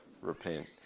repent